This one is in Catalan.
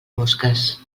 mosques